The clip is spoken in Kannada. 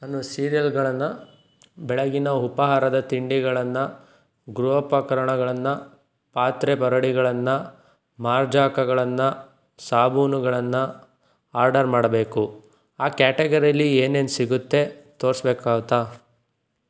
ನಾನು ಸೀರಿಯಲ್ಗಳನ್ನು ಬೆಳಗಿನ ಉಪಹಾರದ ತಿಂಡಿಗಳನ್ನು ಗೃಹೋಪಕರಣಗಳನ್ನು ಪಾತ್ರೆ ಪರಡಿಗಳನ್ನು ಮಾರ್ಜಕಗಳನ್ನು ಸಾಬೂನುಗಳನ್ನು ಆರ್ಡರ್ ಮಾಡಬೇಕು ಆ ಕ್ಯಾಟಗರೀಲಿ ಏನೇನು ಸಿಗುತ್ತೆ ತೋರಿಸ್ಬೇಕ್ಕಾಗುತ್ತ